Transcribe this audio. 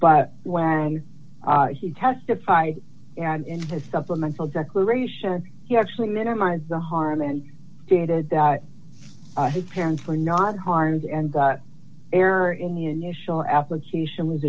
but when he testified in his supplemental declaration he actually minimize the harm and stated that his parents were not harmed and the error in the initial application was